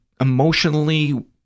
emotionally